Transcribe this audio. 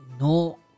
No